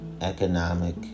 economic